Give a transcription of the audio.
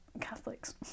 Catholics